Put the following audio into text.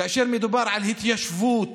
כאשר מדובר על התיישבות